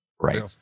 Right